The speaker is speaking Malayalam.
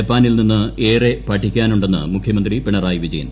ജപ്പാനിൽ നിന്ന് ഏറെ പറ്റിക്കാനുണ്ടെന്ന് മുഖ്യമന്ത്രി പിണറായി വിജയൻ